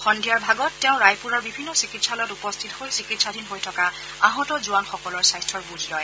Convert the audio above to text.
সদ্ধিয়াৰ ভাগত তেওঁ ৰায়পুৰৰ বিভিন্ন চিকিৎসালয়ত উপস্থিত হৈ চিকিৎসাধীন হৈ থকা আহত জোৱানসকলৰ স্বাস্থাৰ বুজ লয়